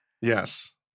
Yes